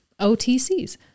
OTCs